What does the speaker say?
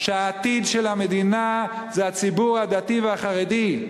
שהעתיד של המדינה זה הציבור הדתי והחרדי.